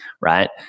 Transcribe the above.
right